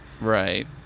Right